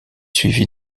suivi